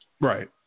Right